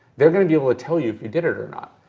they're gonna be able to tell you if you did it or not.